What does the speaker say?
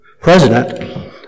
president